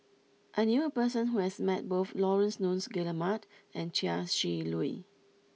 I knew a person who has met both Laurence Nunns Guillemard and Chia Shi Lu